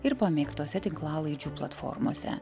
ir pamėgtose tinklalaidžių platformose